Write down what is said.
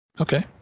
Okay